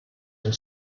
and